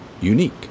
unique